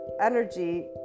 energy